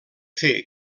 fer